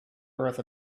earth